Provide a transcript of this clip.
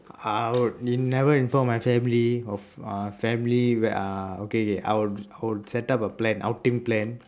I I would in~ never inform my family of uh family where uh okay okay I will I will set up a plan ultimate plan